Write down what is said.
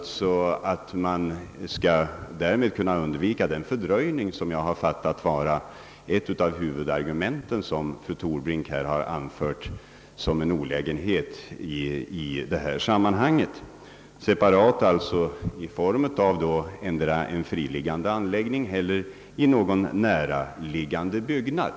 Därmed bör det bli möjligt att undvika den fördröjning i byggandet som fru Torbrink tydligen ser som en olägenhet och som synes vara hennes huvudargument i sammanhanget. Det kan då bli antingen en friliggande anläggning eller ett skyddsrum i någon näraliggande byggnad.